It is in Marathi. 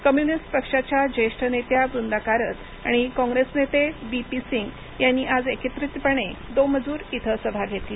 कम्युनिस्ट पक्षाच्या ज्येष्ठ नेत्या वृंदा कारत आणि कॉग्रेस नेते बी पी सिंग यांनी आज एकत्रितपणे दोमजूर इथं सभा घेतली